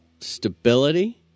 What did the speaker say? stability